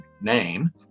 name